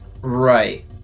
Right